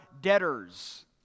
debtors